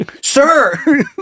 sir